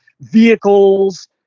vehicles